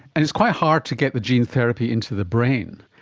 and it's quite hard to get the gene therapy into the brain.